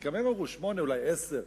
גם הם אמרו: שמונה, אולי עשר.